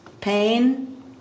pain